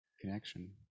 connection